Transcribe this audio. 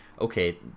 okay